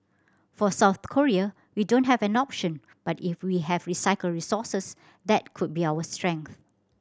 for South Korea we don't have an option but if we have recycled resources that could be our strength